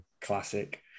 classic